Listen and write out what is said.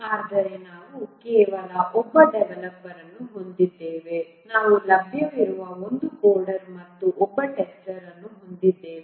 ಆದರೆ ನಾವು ಕೇವಲ ಒಬ್ಬ ಡೆವಲಪರ್ ಅನ್ನು ಹೊಂದಿದ್ದೇವೆ ನಾವು ಲಭ್ಯವಿರುವ ಒಂದು ಕೋಡರ್ ಮತ್ತು ಒಬ್ಬ ಟೆಸ್ಟರ್ ಅನ್ನು ಹೊಂದಿದ್ದೇವೆ